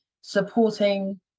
supporting